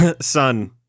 Son